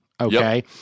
Okay